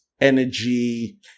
energy